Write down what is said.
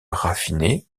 raffinée